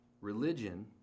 Religion